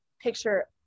picture